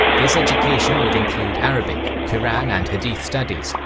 this education would include arabic, quran and hadith studies,